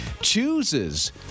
chooses